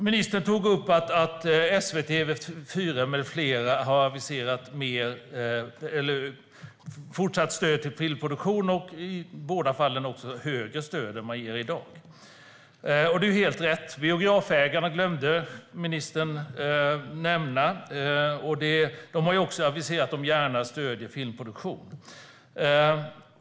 Ministern tog upp att SVT och TV4 med flera har aviserat fortsatt stöd till filmproduktion och i båda fallen högre stöd än vad man ger i dag. Det är helt rätt. Biografägarna glömde ministern att nämna. De har ju också aviserat att de gärna stöder filmproduktion.